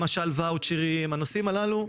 למשל ואוצ'רים הנושאים הללו,